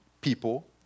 people